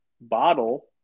bottle